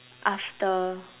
after